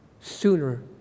sooner